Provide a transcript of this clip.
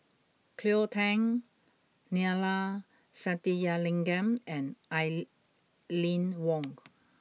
Cleo Thang Neila Sathyalingam and Aline Wong